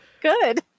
good